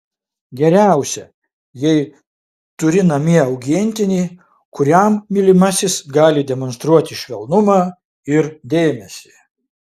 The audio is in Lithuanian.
geriausia jei turi namie augintinį kuriam mylimasis gali demonstruoti švelnumą ir dėmesį